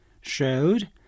showed